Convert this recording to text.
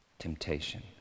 Temptation